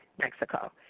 Mexico